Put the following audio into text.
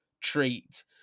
treat